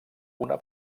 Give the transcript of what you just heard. una